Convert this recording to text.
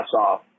off